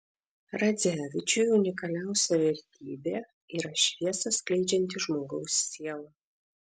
radzevičiui unikaliausia vertybė yra šviesą skleidžianti žmogaus siela